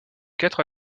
quatre